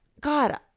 God